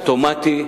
אוטומטי.